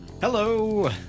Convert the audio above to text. Hello